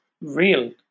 real